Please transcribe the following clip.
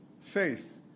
faith